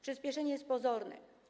Przyspieszenie jest pozorne.